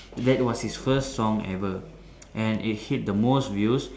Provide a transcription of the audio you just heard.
that was his first song ever and it hit the most views